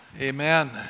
Amen